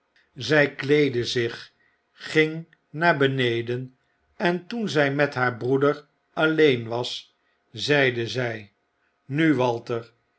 zy kleedde zich ging naar beneden en toen zij met haar broeder alleen was zeide zy nu walter